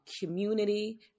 community